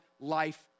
life